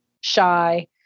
shy